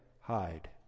hide